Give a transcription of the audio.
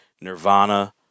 nirvana